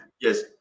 Yes